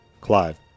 clive